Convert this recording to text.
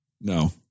No